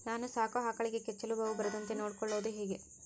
ನಾನು ಸಾಕೋ ಆಕಳಿಗೆ ಕೆಚ್ಚಲುಬಾವು ಬರದಂತೆ ನೊಡ್ಕೊಳೋದು ಹೇಗೆ?